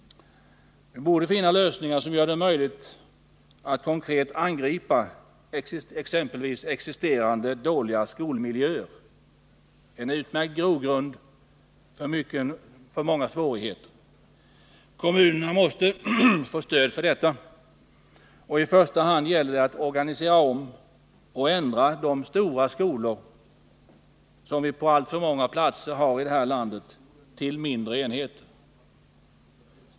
Vi borde söka finna lösningar som gör det möjligt att konkret angripa exempelvis existerande dåliga skolmiljöer — en utmärkt grogrund för många svårigheter. Kommunerna måste få stöd för detta. I första hand gäller det att organisera om och ändra de stora skolor som vi i detta land har på alltför mänga platser, till mindre enheter.